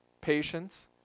patience